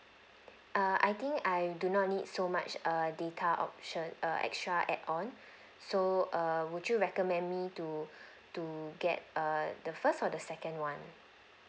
err I think I do not need so much err data option err extra add on so err would you recommend me to to get err the first or the second one